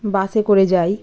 বাসে করে যাই